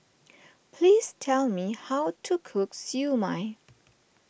please tell me how to cook Siew Mai